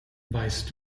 weißt